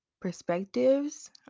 perspectives